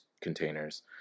containers